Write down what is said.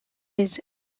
his